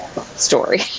story